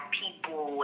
people